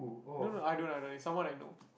no no I don't I don't it's someone I know